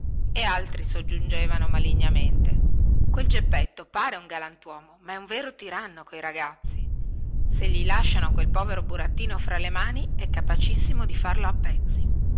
gli altri soggiungevano malignamente quel geppetto pare un galantuomo ma è un vero tiranno coi ragazzi se gli lasciano quel povero burattino fra le mani è capacissimo di farlo a pezzi